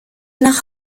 nach